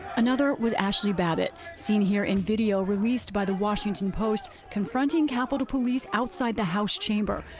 another was ashli babbitt, seen here in video released by the washington post confronting capitol police outside the house chamber.